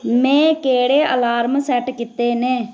में केह्ड़े alarm set कीते न